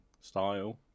style